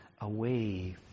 away